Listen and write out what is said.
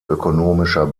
ökonomischer